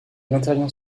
intervient